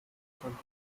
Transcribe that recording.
erkennen